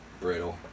Brittle